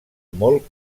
molt